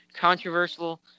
controversial